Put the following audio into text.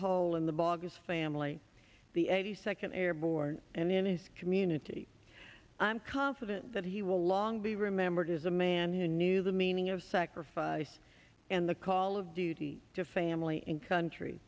hole in the boggs family the eighty second airborne and in his community i'm confident that he will long be remembered as a man who knew the meaning of sacrifice in the call of duty to family and country